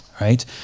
right